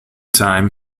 time